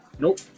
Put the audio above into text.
Nope